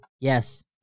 Yes